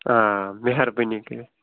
آ مہربٲنی کٔرِتھ